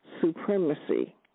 supremacy